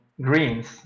greens